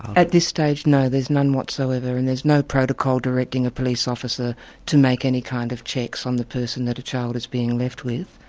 at this stage, no, there's none whatsoever, and there's no protocol directing a police officer to make any kind of checks on the person that a child is being left with.